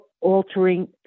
altering